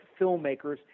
filmmakers